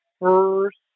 first